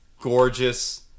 gorgeous